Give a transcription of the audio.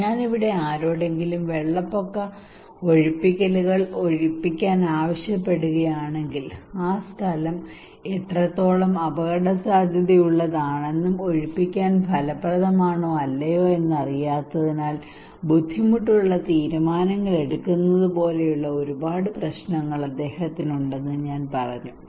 അതിനാൽ ഇവിടെ ഞാൻ ആരോടെങ്കിലും വെള്ളപ്പൊക്ക ഒഴിപ്പിക്കലുകൾ ഒഴിപ്പിക്കാൻ ആവശ്യപ്പെടുകയാണെങ്കിൽ ആ സ്ഥലം എത്രത്തോളം അപകടസാധ്യതയുള്ളതാണെന്നും ഒഴിപ്പിക്കൽ ഫലപ്രദമാണോ അല്ലയോ എന്നറിയാത്തതിനാൽ ബുദ്ധിമുട്ടുള്ള തീരുമാനങ്ങൾ എടുക്കുന്നത് പോലെയുള്ള ഒരുപാട് പ്രശ്നങ്ങൾ അദ്ദേഹത്തിന് ഉണ്ടെന്ന് ഞാൻ പറഞ്ഞു